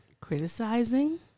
criticizing